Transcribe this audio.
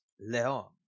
Leon